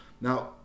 Now